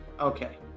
Okay